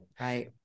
Right